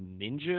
ninja